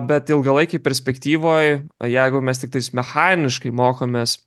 bet ilgalaikėj perspektyvoj o jeigu mes tiktais mechaniškai mokomės